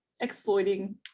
exploiting